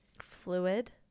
Fluid